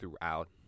throughout